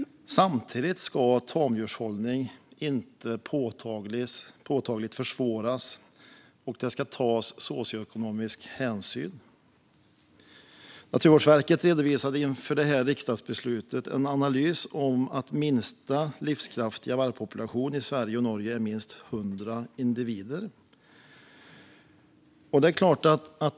Samtidigt ska tamdjurshållning inte påtagligt försvåras, och det ska tas socioekonomisk hänsyn. Naturvårdsverket redovisade inför detta riksdagsbeslut en analys om att minsta livskraftiga vargpopulation i Sverige och Norge är minst 100 individer.